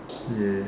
ya